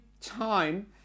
time